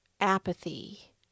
apathy